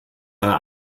einer